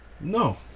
no